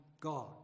God